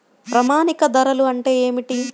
ప్రామాణిక ధరలు అంటే ఏమిటీ?